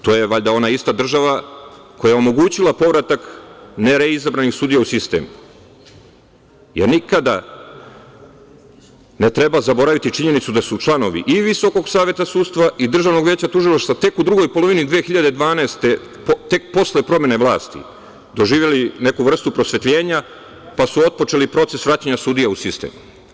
To je valjda ona ista država koja je omogućila povratak ne reizabranih sudija u sistem Nikada ne treba zaboraviti činjenicu da su članovi i Visokog saveta sudstva i Državnog veća tužilaštva tek u drugoj polovini 2012. godine, tek posle promene vlasti doživeli neku vrstu prosvetljenja, pa su otpočeli proces vraćanja sudija u sistem.